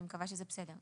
אני מקווה שזה בסדר.